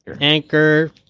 Anchor